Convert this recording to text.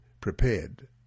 prepared